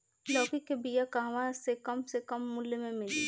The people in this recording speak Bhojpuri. लौकी के बिया कहवा से कम से कम मूल्य मे मिली?